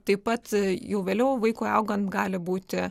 taip pat jau vėliau vaikui augant gali būti